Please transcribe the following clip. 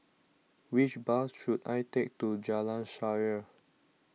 which bus should I take to Jalan Shaer